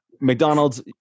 mcdonald's